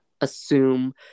assume